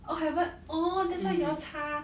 oh haven't orh that's why y'all 差